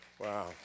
Wow